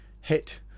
hit